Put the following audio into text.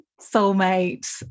soulmate